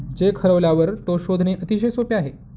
check हरवल्यावर तो शोधणे अतिशय सोपे आहे